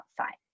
outside